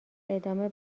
ادامه